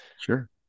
Sure